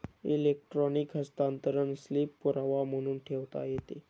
electronic हस्तांतरण slip पुरावा म्हणून ठेवता येते